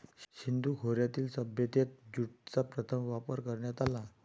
सिंधू खोऱ्यातील सभ्यतेत ज्यूटचा प्रथम वापर करण्यात आला